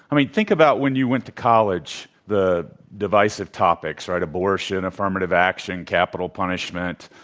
i mean, think about when you went to college the divisive topics, right? abortion, affirmative action, capital punishment,